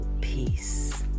peace